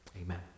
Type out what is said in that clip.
amen